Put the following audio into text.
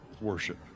worship